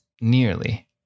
nearly